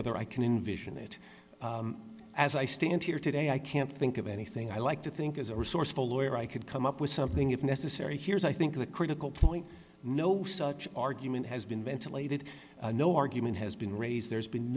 whether i can envision it as i stand here today i can't think of anything i like to think as a resourceful lawyer i could come up with something if necessary here is i think the critical point no such argument has been ventilated no argument has been raised there's been